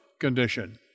condition